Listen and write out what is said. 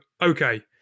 okay